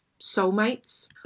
soulmates